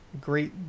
great